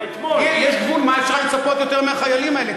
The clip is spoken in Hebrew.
יש גבול למה עוד אפשר לצפות מהחיילים האלה.